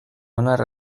onar